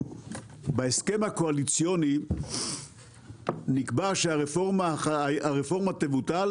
בהסכם הקואליציוני נקבע שהרפורמה תבוטל